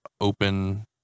open